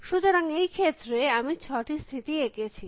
সুতরাং এই ক্ষেত্রে আমি ছটি স্থিতি এঁকেছি